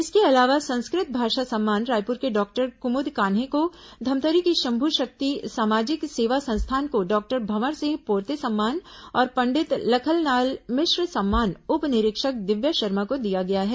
इसके अलावा संस्कृत भाषा सम्मान रायपुर के डॉक्टर क़मुद कान्हे को धमतरी की शंभू शक्ति सामाजिक सेवा संस्थान को डॉक्टर भंवर सिंह पोर्त सम्मान और पंडित लखनलाल मिश्र सम्मान उप निरीक्षक दिव्या शर्मा को दिया गया है